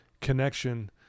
connection